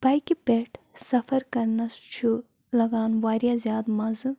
بایکہِ پٮ۪ٹھ سفر کرنَس چھُ لگان واریاہ زیادٕ مَزٕ